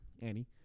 Annie